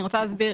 אני רוצה לעבור